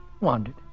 wandered